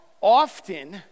often